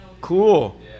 Cool